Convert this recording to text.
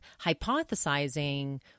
hypothesizing